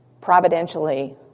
providentially